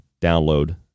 download